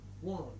One